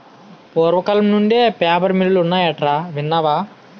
పూర్వకాలం నుండే పేపర్ మిల్లులు ఉన్నాయటరా ఇన్నావా